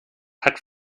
hat